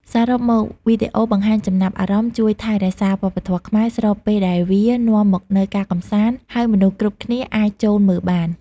សរុបមក វីដេអូបង្ហាញចំណាប់អារម្មណ៍ជួយថែរក្សាវប្បធម៌ខ្មែរ ស្របពេលដែលវានាំមកនូវការកម្សាន្ត ហើយមនុស្សគ្រប់គ្នាអាចចូលមើលបាន។